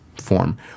form